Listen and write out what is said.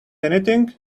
anything